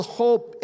hope